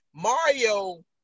Mario